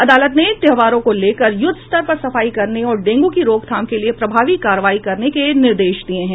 अदालत ने त्यौहारों को लेकर युद्धस्तर पर सफाई करने और डेंगू की रोकथाम के लिए प्रभावी कार्रवाई करने के निर्देश दिये हैं